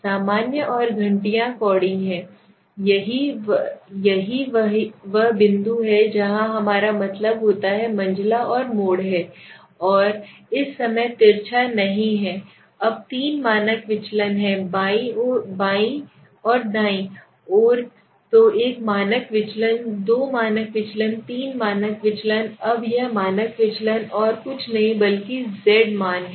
सामान्य और घंटियाँ कौड़ी है यही वह बिंदु है जहाँ हमारा मतलब होता है मंझला और मोड है और इस समय तिरछा नहीं है अब तीन मानक विचलन हैं बाईं ओर दाईं ओर तो एक मानक विचलन दो मानक विचलन तीन मानक विचलन अब यह मानक विचलन और कुछ नहीं बल्कि z मान है